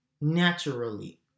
naturally